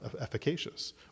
efficacious